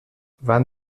van